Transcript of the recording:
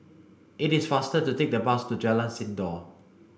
it is faster to take the bus to Jalan Sindor